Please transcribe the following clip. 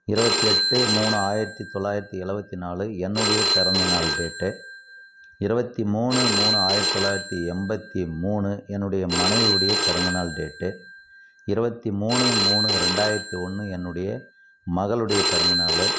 இருபத்தி எட்டு மூணு ஆயிரத்து தொள்ளாயிரத்தி எழுவத்தி நாலு என்னுடைய பிறந்தநாள் டேட்டு இருபத்தி மூணு மூணு ஆயிரத்து தொள்ளாயிரத்தி எண்பத்து மூணு என்னுடைய மனைவி உடைய பிறந்தநாள் டேட்டு இருபத்தி மூணு மூணு ரெண்டாயிரத்து ஒன்று என்னுடைய மகளுடைய பிறந்தநாள்